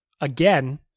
Again